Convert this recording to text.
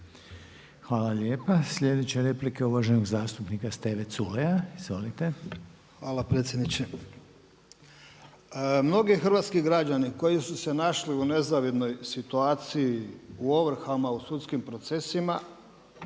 Hvala lijepa. Sljedeća replika je uvaženog zastupnika Steve Culeja, izvolite. **Culej, Stevo (HDZ)** Hvala potpredsjedniče. Mnogi hrvatski građani koji su se našli u nezavidnoj situaciji u ovrhama, u sudskim procesima,